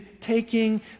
taking